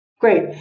Great